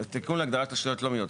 התיקון להגדרת תשתיות לאומיות.